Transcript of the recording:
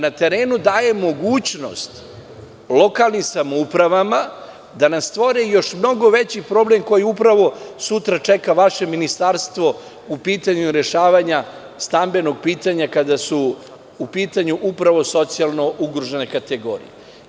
Na terenu se daje mogućnost lokalnim samoupravama da nam stvore još mnogo veći problem koji upravo sutra čeka vaše ministarstvo po pitanju rešavanja stambenog pitanja kada su u pitanju upravo socijalno ugrožene kategorije.